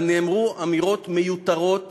שבה נאמרו אמירות מיותרות